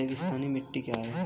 रेगिस्तानी मिट्टी क्या है?